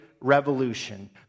revolution